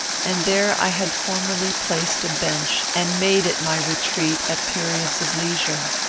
and there i had formerly placed a bench, and made it my retreat at periods of leisure.